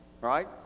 right